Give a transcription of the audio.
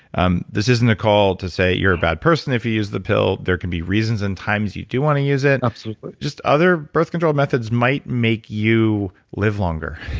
um this isn't a call to say you're a bad person if you use the pill there can be reasons and times you do want to use it. absolutely just other birth control methods might make you live longer,